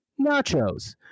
nachos